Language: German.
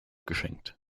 geschenkt